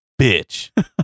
bitch